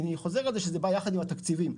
שוב, זה בא יחד עם התקציבים.